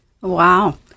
Wow